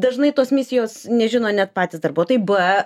dažnai tos misijos nežino net patys darbuotojai b